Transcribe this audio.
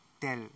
tell